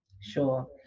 Sure